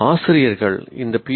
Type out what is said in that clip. ஆசிரியர்கள் இந்த பி